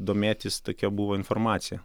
domėtis tokia buvo informacija